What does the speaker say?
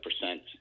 percent